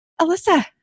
Alyssa